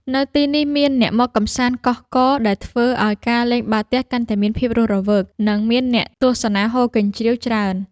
នៅទីនេះមានអ្នកមកកម្សាន្តកុះករ ដែលធ្វើឱ្យការលេងបាល់ទះកាន់តែមានភាពរស់រវើក និងមានអ្នកទស្សនាហ៊ោរកញ្ជ្រៀវច្រើន។